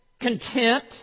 content